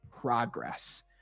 progress